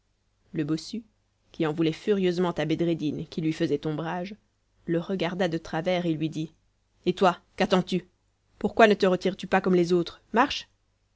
le bossu qui en voulait furieusement à bedreddin qui lui faisait ombrage le regarda de travers et lui dit et toi qu'attends-tu pourquoi ne te retires tu pas comme les autres marche